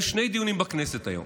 היו שני דיונים בכנסת היום: